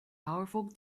powerful